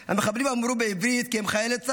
המחבלים אמרו בעברית כי הם חיילי צה"ל,